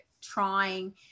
trying